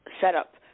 setup